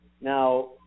Now